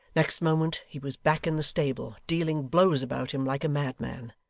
next moment he was back in the stable, dealing blows about him like a madman.